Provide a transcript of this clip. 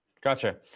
Gotcha